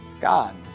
God